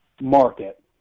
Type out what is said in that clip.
market